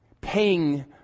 paying